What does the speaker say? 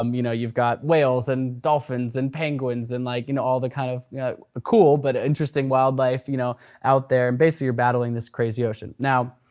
um you know you've got whales and dolphins and penguins, and like and all the kind of cool, but interesting wildlife you know out there. and basically you're battling this crazy ocean. now,